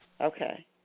Okay